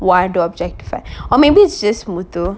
why to objectify or maybe it's just muthu